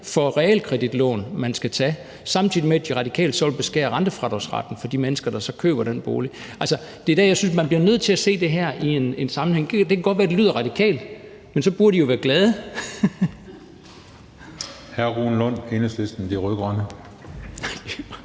for realkreditlån, man skal tage, samtidig med at De Radikale så vil beskære rentefradragsretten for de mennesker, der så køber den bolig. Det er der, jeg synes, at man bliver nødt til at se det her i en sammenhæng. Det kan godt være, det lyder radikalt, men så burde I jo være glade.